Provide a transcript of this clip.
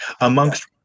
Amongst